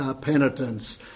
Penitence